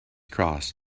cross